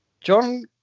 John